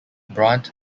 brant